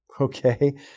okay